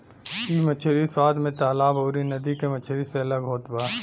इ मछरी स्वाद में तालाब अउरी नदी के मछरी से अलग होत बा